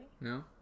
No